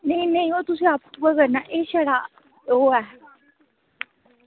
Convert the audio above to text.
नेईं नेईं ओह् तुसें आपूं गै करना एह् छड़ा ओह् ऐ